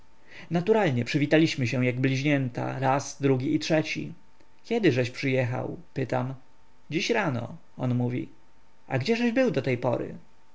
naturalnie przywitaliśmy się jak bliźnięta raz drugi i trzeci kiedy żeś przyjechał pytam dziś rano on mówi a gdzieżeś był do tej pory